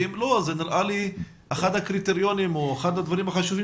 ואם לא נראה לי שזה אחד הקריטריונים או אחד הדברים החשובים